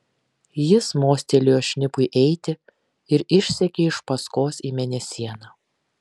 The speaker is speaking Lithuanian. jis mostelėjo šnipui eiti ir išsekė iš paskos į mėnesieną